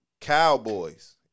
cowboys